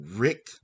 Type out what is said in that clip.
Rick